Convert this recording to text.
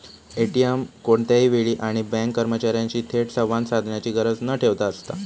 ATM कोणत्याही वेळी आणि बँक कर्मचार्यांशी थेट संवाद साधण्याची गरज न ठेवता असता